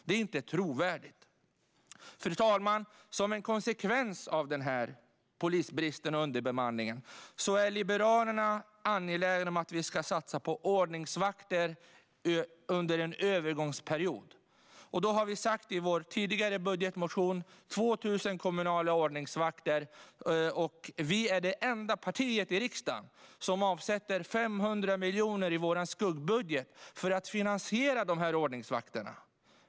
Det är inte trovärdigt. Fru talman! Som en konsekvens av polisbristen och underbemanningen är Liberalerna angelägna om att vi ska satsa på ordningsvakter under en övergångsperiod. Vi har i vår tidigare budgetmotion föreslagit 2 000 kommunala ordningsvakter. Vi är det enda partiet i riksdagen som avsätter 500 miljoner i sin skuggbudget för att finansiera de ordningsvakterna.